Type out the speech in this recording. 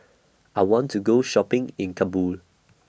I want to Go Shopping in Kabul